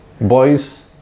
boys